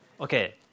Okay